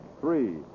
Three